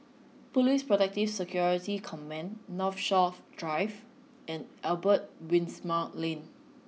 Police Protective Security Command Northshore Drive and Albert Winsemius Lane